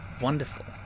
Wonderful